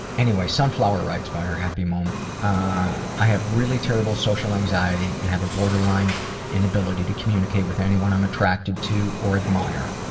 anyway, sunflower writes about her happy moment i i have really terrible social anxiety and have a borderline inability to communicate with anyone i am attracted to or admire.